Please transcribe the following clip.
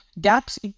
gaps